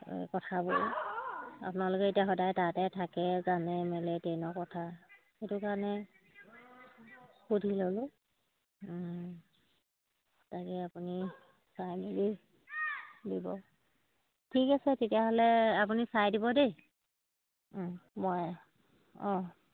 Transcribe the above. কথাবোৰ আপোনালোকে এতিয়া সদায় তাতে থাকে জানে মেলে ট্ৰেইনৰ কথা সেইটো কাৰণে সুধি ল'লোঁ তাকে আপুনি চাই মেলি দিব ঠিক আছে তেতিয়াহ'লে আপুনি চাই দিব দেই মই অঁ